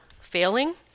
failing